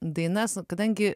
dainas kadangi